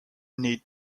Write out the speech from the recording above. need